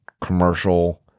commercial